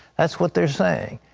that's what they're saying.